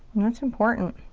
and that's important.